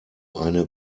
eine